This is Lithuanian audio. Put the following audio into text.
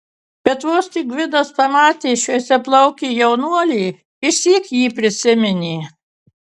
bet vos tik gvidas pamatė šviesiaplaukį jaunuolį išsyk jį prisiminė